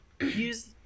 use